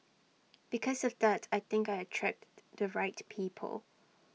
because of that I think I attracted the right people